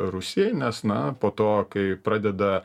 rusijai nes na po to kai pradeda